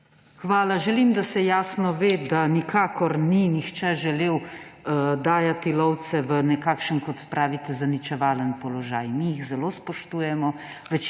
Hvala. Želim, da se jasno ve, da nikakor ni nihče želel dajati lovcev v nekakšen, kot pravite, zaničevalen položaj. Mi jih zelo spoštujemo.